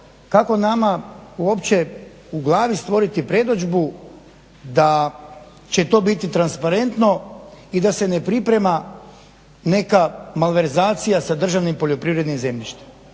kako nama uopće u glavi stvorit predodžbu da će to biti transparentno i da se ne priprema neka malverzacija sa državnim poljoprivrednim zemljištem.